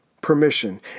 permission